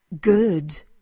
Good